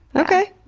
okay!